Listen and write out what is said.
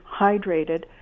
hydrated